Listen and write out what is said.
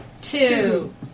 two